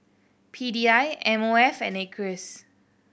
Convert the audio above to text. P D I M O F and Acres